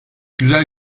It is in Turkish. güzel